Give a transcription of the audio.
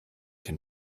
den